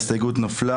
הצבעה הסתייגות נדחתה.